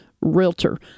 realtor